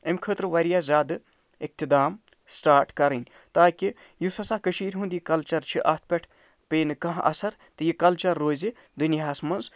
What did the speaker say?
أمۍ خٲطرٕ واریاہ زیادٕ اقتِدام سِٹارٹ کَرٕنۍ تاکہِ یُس ہسا کٔشیٖرِ ہُنٛد یہِ کَلچَر چھِ اَتھ پٮ۪ٹھ پیٚیہِ نہٕ کانٛہہ اثر تہٕ یہِ کَلچَر روزِ دُنیاہَس منٛز